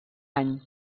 any